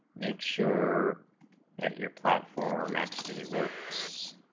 make sure that your platform actually works